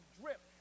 drip